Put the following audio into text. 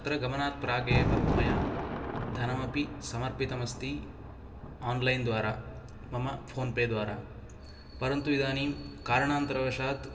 तत्र गमनात् प्रागेव मया धनमपि समर्पितमस्ति ओन्लैन् द्वारा मम फोन्पे द्वारा परन्तु इदानीं कारणान्तरवशात्